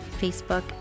facebook